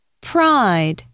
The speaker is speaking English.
pride